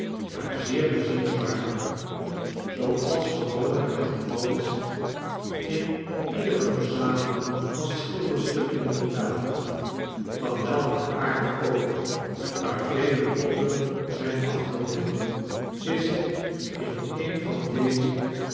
maar zeer bezienswaardig zooals gewoonlijk het geval isiniedere verzameling van schilderstukken in italie van welken aard ook waar vele koppen zijn afgebeeld is er in een van dezen